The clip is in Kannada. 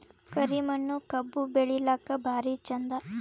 ಕರಿ ಮಣ್ಣು ಕಬ್ಬು ಬೆಳಿಲ್ಲಾಕ ಭಾರಿ ಚಂದ?